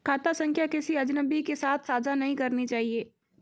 खाता संख्या किसी अजनबी के साथ साझा नहीं करनी चाहिए